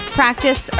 practice